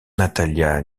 natalia